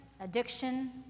addiction